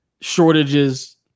shortages